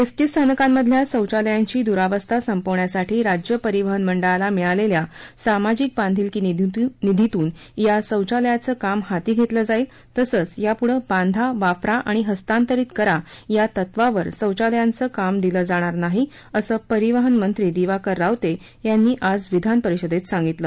S T स्थानकांमधल्या शौचालयांची द्रवस्था संपवण्यासाठी राज्य परिवहन मंडळाला मिळालेल्या सामाजिक बांधिलकी निधीतून या शौचालयांच काम हाती घेतलं जाईल तसंच यापुढं बांधा वापरा आणि हस्तांतरीत करा या तत्वावर शौचालयांच काम दिलं जाणार नाही असं परिवहन मंत्री दिवाकर रावते यांनी आज विधानपरिषदेत सांगितलं